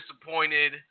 disappointed